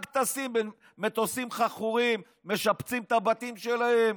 רק טסים במטוסים חכורים, משפצים את הבתים שלהם,